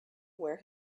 where